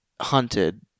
hunted